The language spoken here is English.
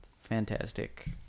fantastic